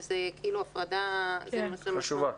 וזו כאילו הפרדה --- חשובה.